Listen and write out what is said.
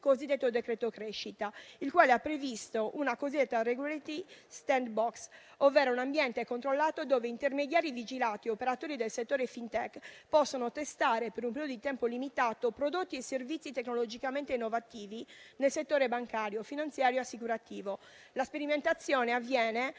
(cosiddetto decreto crescita), il quale ha previsto la cosiddetta *regulatory sandbox*, ovvero un ambiente controllato dove intermediari vigilati e operatori del settore FinTech possono testare, per un periodo di tempo limitato, prodotti e servizi tecnologicamente innovativi nel settore bancario, finanziario e assicurativo. La sperimentazione avviene